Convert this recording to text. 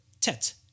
TET